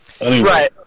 Right